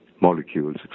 molecules